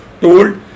told